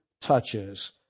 touches